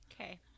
Okay